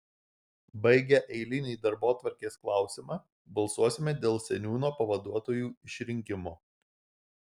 baigę eilinį darbotvarkės klausimą balsuosime dėl seniūno pavaduotojų išrinkimo